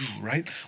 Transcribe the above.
Right